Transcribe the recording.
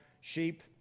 sheep